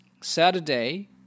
Saturday